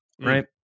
Right